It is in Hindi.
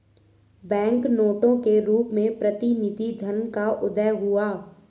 बैंक नोटों के रूप में प्रतिनिधि धन का उदय हुआ